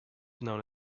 known